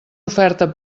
oferta